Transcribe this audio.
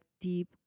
deep